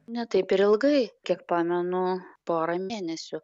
ne taip ir ilgai kiek pamenu porą mėnesių